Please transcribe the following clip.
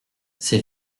ces